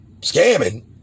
scamming